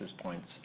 points